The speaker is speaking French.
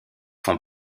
font